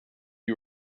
you